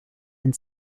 and